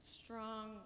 strong